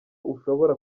ushobora